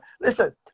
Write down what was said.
Listen